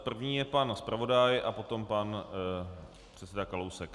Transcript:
První je pan zpravodaj a potom pan předseda Kalousek.